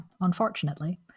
unfortunately